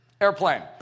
Airplane